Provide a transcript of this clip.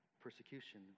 persecution